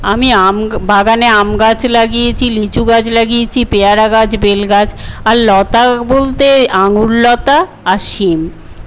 আমি আম বাগানে আম গাছ লাগিয়েছি লিচু গাছ লাগিয়েছি পেয়ারা গাছ বেলগাছ আর লতা বলতে আঙ্গুরলতা আর সিম